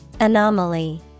Anomaly